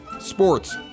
sports